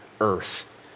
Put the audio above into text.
earth